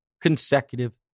consecutive